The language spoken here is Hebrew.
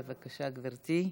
בבקשה, גברתי.